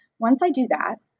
once i do that,